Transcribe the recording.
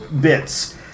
bits